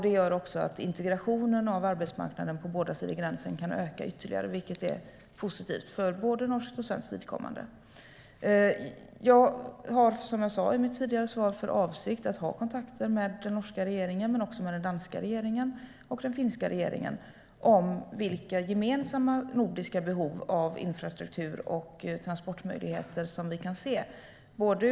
Det gör också att integrationen av arbetsmarknaden på båda sidor gränsen kan öka ytterligare, vilket är positivt för både norskt och svenskt vidkommande. Jag har som jag sa i mitt tidigare svar för avsikt att ha kontakter med den norska regeringen men också med den danska regeringen och den finska regeringen om vilka gemensamma nordiska behov av infrastruktur och transportmöjligheter som vi kan se.